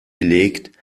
belegt